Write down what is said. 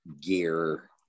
gear